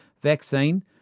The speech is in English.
vaccine